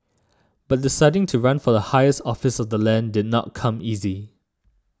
but deciding to run for the highest office of the land did not come easy